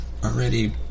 already